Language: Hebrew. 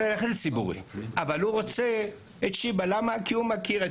לציבורי והוא בוחר בשיבא כי הוא מכיר את